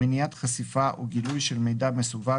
מניעת חשיפה או גילוי של מידע מסווג,